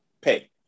Pay